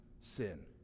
sin